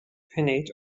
pinnate